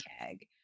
keg